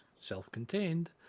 self-contained